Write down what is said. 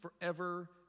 forever